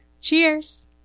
Cheers